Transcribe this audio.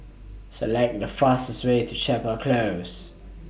Select The fastest Way to Chapel Close